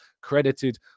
credited